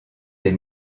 des